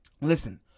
Listen